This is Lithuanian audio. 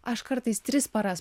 aš kartais tris paras